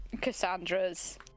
Cassandra's